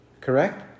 Correct